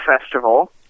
Festival